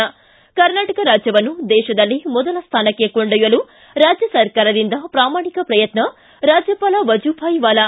ಿ ಕರ್ನಾಟಕ ರಾಜ್ಯವನ್ನು ದೇಶದಲ್ಲೇ ಮೊದಲ ಸ್ಥಾನಕ್ಕೆ ಕೊಂಡೊಯ್ಯಲು ರಾಜ್ಯ ಸರ್ಕಾರದಿಂದ ಪ್ರಾಮಾಣಿಕ ಪ್ರಯತ್ನ ರಾಜ್ಯಪಾಲ ವಜುಭಾಯ್ ವಾಲಾ